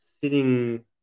sitting